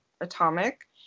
Atomic